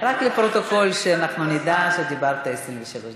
רק לפרוטוקול, שנדע שאתה דיברת 23 דקות.